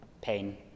pain